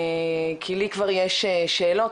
כי לי כבר יש שאלות,